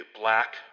black